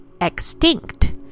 extinct